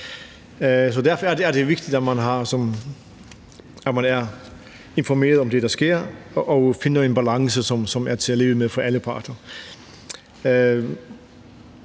Derfor er det vigtigt, at man er informeret om det, der sker, og finder en balance, som er til at leve med for alle parter.